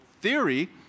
theory